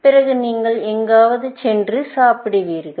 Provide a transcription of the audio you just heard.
பிறகு நீங்கள் எங்காவது சென்று சாப்பிடுவீர்கள்